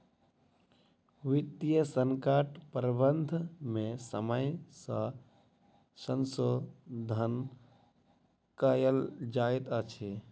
वित्तीय संकट प्रबंधन में समय सॅ संशोधन कयल जाइत अछि